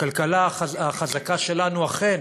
הכלכלה החזקה שלנו אכן